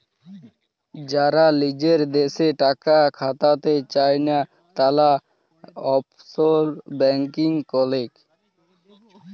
যারা লিজের দ্যাশে টাকা খাটাতে চায়না, তারা অফশোর ব্যাঙ্কিং করেক